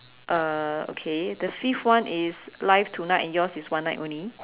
uh okay the fifth one is live tonight and yours is one night only